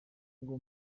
ngo